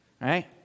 Right